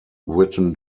written